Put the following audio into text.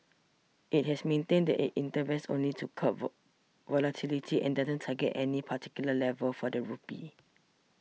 it has maintained that it intervenes only to curb volatility and doesn't target any particular level for the rupee